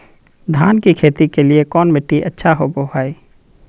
धान की खेती के लिए कौन मिट्टी अच्छा होबो है?